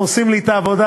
הם עושים לי את העבודה,